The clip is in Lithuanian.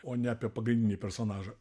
o ne apie pagrindinį personažą